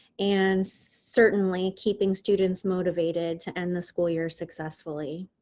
and certainly, keeping students motivated to end the school year successfully.